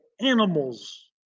animals